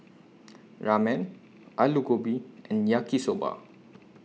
Ramen Alu Gobi and Yaki Soba